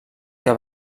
que